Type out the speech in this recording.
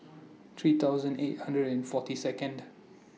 three thousand eight hundred and forty Second